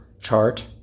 chart